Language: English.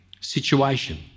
situation